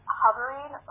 hovering